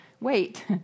wait